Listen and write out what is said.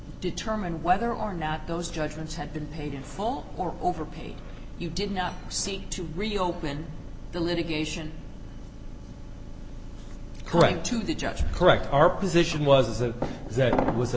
determine whether or not those judgments had been paid in full or over paid you did not seek to reopen the litigation correct to the judge correct our position was that that was the